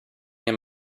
him